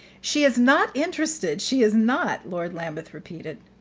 she is not interested she is not! lord lambeth repeated.